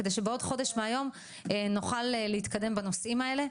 וכדי שבתוך חודש מהיום אנחנו נוכל להתקדם הנושאים האלה.